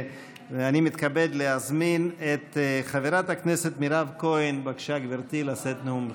אני מתכבד להזמין את חברת הכנסת מירב כהן לשאת נאום בכורה.